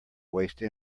waste